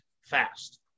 fast